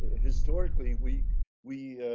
historically we we